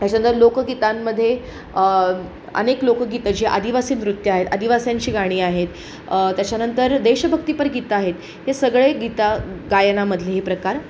त्याच्यानंतर लोकगीतांमध्ये अनेक लोकगीतं जी आदिवासी नृत्यं आहेत आदिवाशांची गाणी आहेत त्याच्यानंतर देशभक्तीपरगीतं आहेत हे सगळे गीतगायनामधले हे प्रकार